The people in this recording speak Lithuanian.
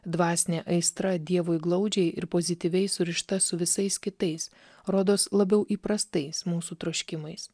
dvasinė aistra dievui glaudžiai ir pozityviai surišta su visais kitais rodos labiau įprastais mūsų troškimais